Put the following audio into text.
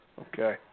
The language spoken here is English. Okay